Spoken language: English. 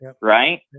right